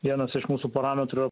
vienas iš mūsų parametrų